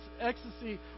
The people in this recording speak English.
ecstasy